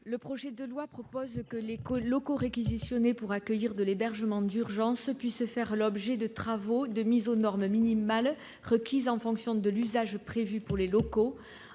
Le projet de loi prévoit que les locaux réquisitionnés pour accueillir de l'hébergement d'urgence peuvent faire l'objet de « travaux de mise aux normes minimales requises en fonction de l'usage prévu pour les locaux